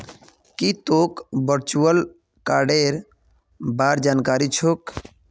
की तोक वर्चुअल कार्डेर बार जानकारी छोक